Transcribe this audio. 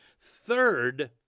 Third